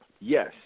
Yes